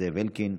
זאב אלקין,